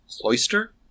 cloister